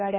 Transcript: गाड्या